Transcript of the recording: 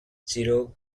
cherokee